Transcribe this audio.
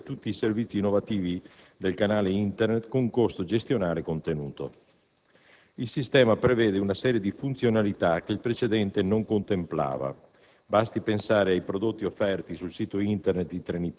sottolineando esplicitamente la necessità di poter accedere a tutti i servizi innovativi del canale Internet con costo gestionale contenuto. Il sistema prevede una serie di funzionalità che il precedente non contemplava: